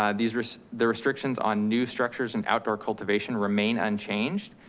um these are the restrictions on new structures and outdoor cultivation remain unchanged.